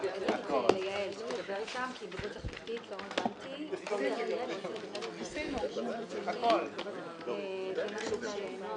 12:49.